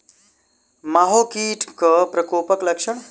माहो कीट केँ प्रकोपक लक्षण?